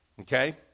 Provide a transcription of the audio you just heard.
okay